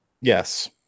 Yes